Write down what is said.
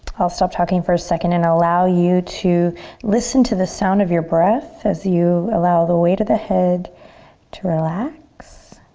i'll stop talking for a second and i'll allow you to listen to the sound of your breath as you allow the weight of the head to relax.